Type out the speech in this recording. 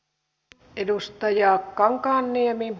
tämä edustajaa kankaanniemi